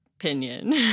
Opinion